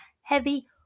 Heavy